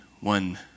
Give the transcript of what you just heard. one